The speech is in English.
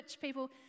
people